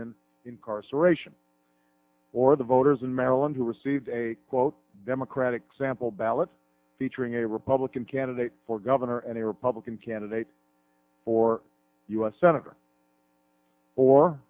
in incarceration or the voters in maryland who received a quote democratic sample ballot featuring a republican candidate for governor and a republican candidate for u s senator or